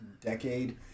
decade